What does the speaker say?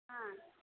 ஆ